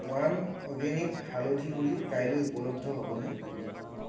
one organic হালধি গুড়ি কাইলৈ উপলব্ধ হ'বনে